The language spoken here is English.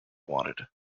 wanted